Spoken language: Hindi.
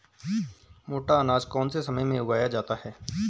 मोटा अनाज कौन से समय में उगाया जाता है?